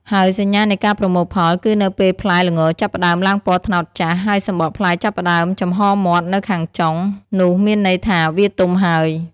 ហើយសញ្ញានៃការប្រមូលផល គឺនៅពេលផ្លែល្ងចាប់ផ្ដើមឡើងពណ៌ត្នោតចាស់ ហើយសំបកផ្លែចាប់ផ្ដើមចំហមាត់នៅខាងចុង នោះមានន័យថាវាទុំហើយ។